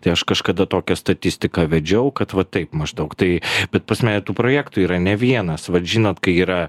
tai aš kažkada tokią statistiką vedžiau kad va taip maždaug tai bet pas mane tų projektų yra ne vienas vat žinot kai yra